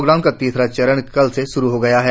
lockdown का तीसरा चरण कल से श्रू हो गया है